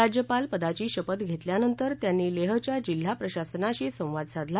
राज्यपाल पदाची शपथ घेतल्यानंतर त्यांनी लेहच्या जिल्हा प्रशासनाशी संवाद साधला